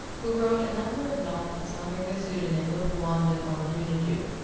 who wrote a number of novels under the pseudonym of wanda von dunajew,